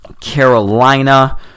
carolina